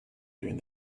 during